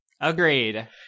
Agreed